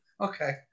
Okay